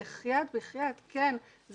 כן,